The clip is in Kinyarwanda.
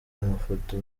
amafoto